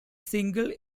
single